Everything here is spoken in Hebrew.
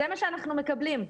זה מה שאנחנו מקבלים.